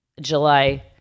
July